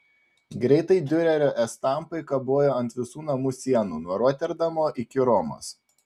greitai diurerio estampai kabojo ant visų namų sienų nuo roterdamo iki romos